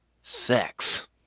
sex